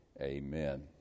Amen